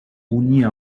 unia